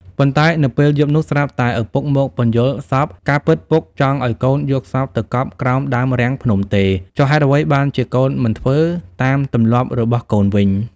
ប៉ុន្តែនៅពេលយប់នោះ ស្រាប់តែឪពុកមកពន្យល់សប្តិ ការពិតពុក ចង់ឱ្យកូនយកសពទៅកប់ក្រោមដើមរាំងភ្នំទេ! ចុះហេតុអ្វីបានជាកូនមិនធ្វើ តាមទម្លាប់របស់កូនវិញ? ។